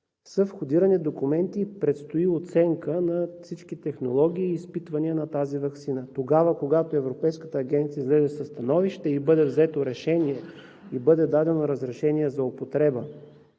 входирани документи и предстои оценка на всички технологии, изпитвани на тази ваксина. Тогава, когато Европейската агенция излезе със становище, бъде взето решение и бъде дадено разрешение за употреба